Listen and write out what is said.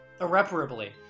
irreparably